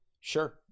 Sure